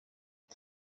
iki